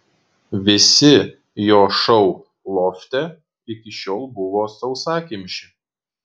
visi jo šou lofte iki šiol buvo sausakimši